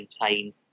maintain